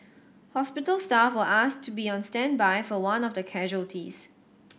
hospital staff were asked to be on standby for one of the casualties